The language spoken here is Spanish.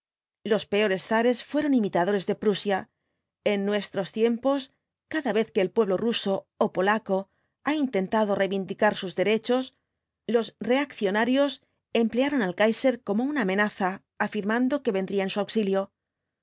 los peores zares fueron imitadores de prusia en nuestros tiempos cada vez que el pueblo ruso ó polaco ha intentado reivindicar sus derechos los reaccionarios emplearon al kaiser como